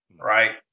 right